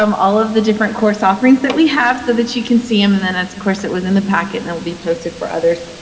um all of the different course offerings that we have so that you can see them, and then, of course, it was in the packet, and it'll be posted for others.